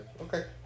Okay